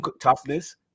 toughness